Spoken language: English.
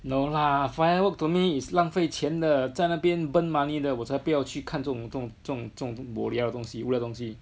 no lah fireworks to me is 浪费钱的在那边 burn money 的我才不要去看这种这种这种这种 bo liao 的东西无聊的东西